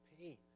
pain